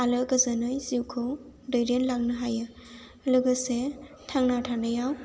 आलो गोजोनै जिउखौ दैदेन लांनो हायो लोगोसे थांना थानायाव